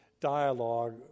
dialogue